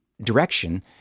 direction